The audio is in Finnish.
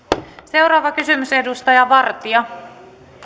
seuraava kysymys edustaja vartia